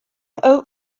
oat